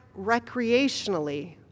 recreationally